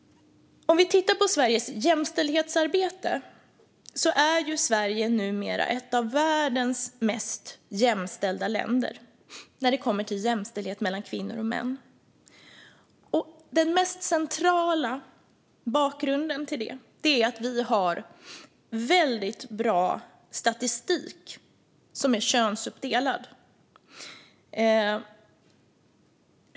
Låt oss titta på Sveriges jämställdhetsarbete. Sverige är numera ett av världens mest jämställda länder när det gäller jämställdhet mellan kvinnor och män. Den mest centrala bakgrunden till det är att vi har väldigt bra statistik som är könsuppdelad.